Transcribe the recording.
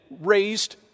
raised